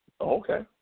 Okay